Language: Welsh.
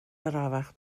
arafach